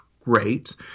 great